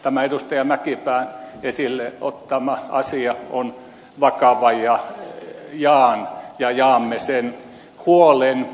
tämä edustaja mäkipään esille ottama asia on vakava ja jaan ja jaamme sen huolen